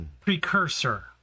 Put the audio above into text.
precursor